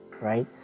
right